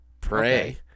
pray